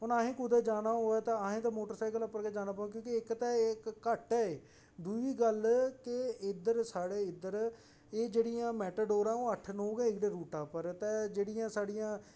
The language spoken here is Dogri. हून असें कुतै जाना होऐ ते असें ते मोटरसाइकल उप्पर गै जाना होंदा इक ते इक घट्ट ऐ दूई गल्ल के इद्धर साढ़े इद्धर एह् जेहड़ियां मेटाडोरां न ओह् अट्ठ नौ गै न इद्धर रूट उप्पर जेहड़ी साढ़ियां